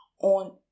on